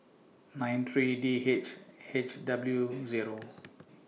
nine three D H H W Zero